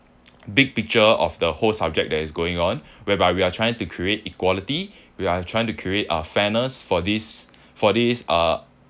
big picture of the whole subject that is going on whereby we are trying to create equality we are trying to create our fairness for this for this uh